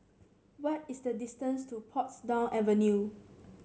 what is the distance to Portsdown Avenue